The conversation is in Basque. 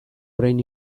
orain